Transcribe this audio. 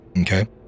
Okay